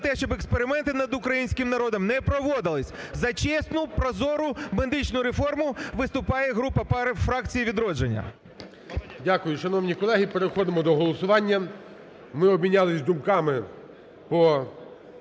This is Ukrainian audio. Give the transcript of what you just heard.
за те, щоб експерименти над українським народом не проводились. За чесну, прозору медичну реформу виступає група фракції "Відродження". ГОЛОВУЮЧИЙ. Дякую. Шановні колеги, переходимо до голосування. Ми обмінялися думками по